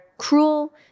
Cruel